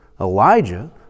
Elijah